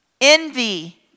Envy